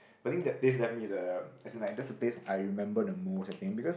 I think the place left me the as in like that's the place I remember the most I think because